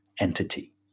entity